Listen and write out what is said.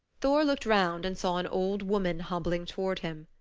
thor looked round and saw an old woman hobbling toward him.